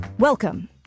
Welcome